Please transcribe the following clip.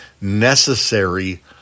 necessary